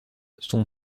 son